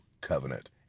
covenant